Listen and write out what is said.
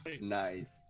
Nice